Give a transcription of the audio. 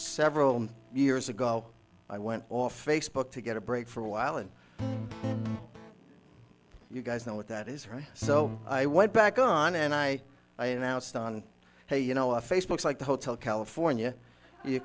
several years ago i went off facebook to get a break for a while and you guys know what that is right so i went back on and i i announced on hey you know a facebook like the hotel california you